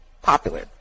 Popular